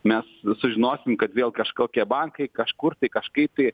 mes sužinosim kad vėl kažkokie bankai kažkur tai kažkaip